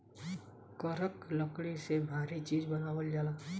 करक लकड़ी से भारी चीज़ बनावल जाला